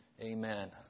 Amen